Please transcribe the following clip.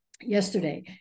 yesterday